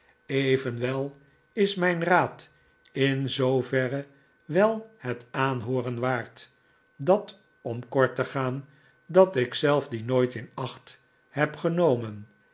evenwel is mijn raad in zooverre wel het aanhooren waard dat om kort te gaan dat ik zelf dien nooit in acht heb genomen